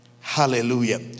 Hallelujah